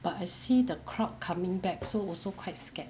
but I see the crowd coming back so also quite scared